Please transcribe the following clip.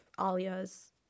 Alia's